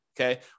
okay